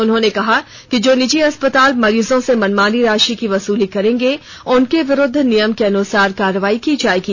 उन्होंने कहा कि जो निजी अस्पताल मरीजों से मनमानी राशि की वसुली करेंगे उनके विरुद्ध नियम केअनुसार कार्रवाई की जाएगी